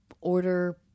order